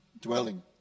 dwelling